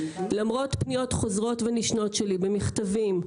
למרות פניות חוזרות ונשנות שלי במכתבים,